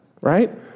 Right